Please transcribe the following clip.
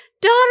daughter